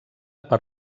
per